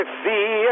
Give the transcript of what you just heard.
see